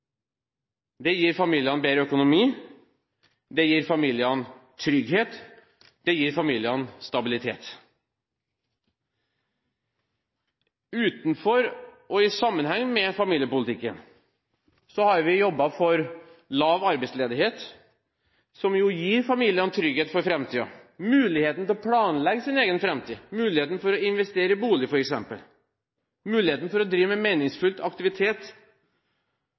Det gir familiene bedre økonomi, trygghet og stabilitet. Utenfor og i sammenheng med familiepolitikken har vi jobbet for lav arbeidsledighet, som gir familiene trygghet for framtiden, mulighet til å planlegge sin egen framtid, mulighet for å investere i bolig f.eks. og mulighet for å drive med meningsfull aktivitet.